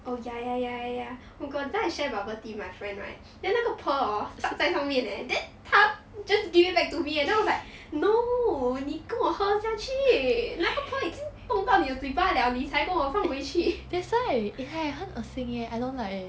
oh ya ya ya ya ya oh my god that time I share bubble tea with my friend right then 那个 pearl hor stuck 在上面 eh then 他 just give it back to me eh then I was like no 你跟我喝下去那个 pearl 已经动到你的嘴巴 liao 你才跟我放回去